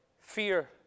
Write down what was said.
Fear